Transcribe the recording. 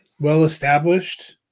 well-established